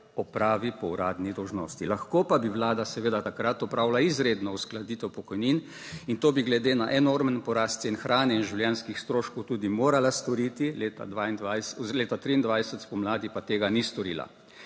opravi po uradni dolžnosti. Lahko pa bi Vlada seveda takrat opravila izredno uskladitev pokojnin in to bi glede na enormen porast cen hrane in življenjskih stroškov tudi morala storiti leta 2022, leta 2023 spomladi, pa tega ni storila.